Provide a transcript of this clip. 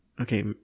okay